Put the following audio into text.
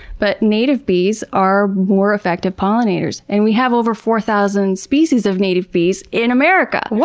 but, native bees are more effective pollinators. and we have over four thousand species of native bees in america! what!